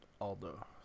Aldo